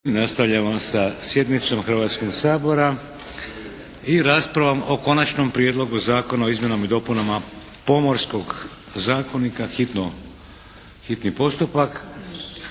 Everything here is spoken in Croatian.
nastavljamo sa sjednicom Hrvatskog sabora i raspravom o - Konačni prijedlog zakona o izmjenama i dopunama Pomorskog zakonika, hitni postupak,